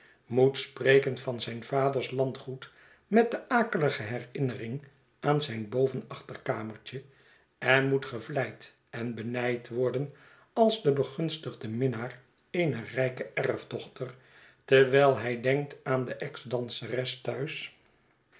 moet spreken van zijn vaders landgoed met de akelige herinnering aan zijn boven achterkamertje en moet gevleid en benijd worden als de begunstigde minnaar eener rijke erfdochter terwijl hij denkt aan de exdanseres thuis